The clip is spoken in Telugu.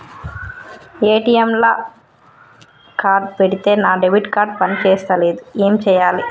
ఏ.టి.ఎమ్ లా కార్డ్ పెడితే నా డెబిట్ కార్డ్ పని చేస్తలేదు ఏం చేయాలే?